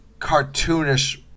cartoonish